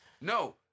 no